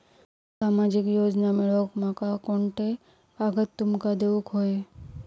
सामाजिक योजना मिलवूक माका कोनते कागद तुमका देऊक व्हये?